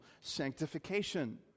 sanctification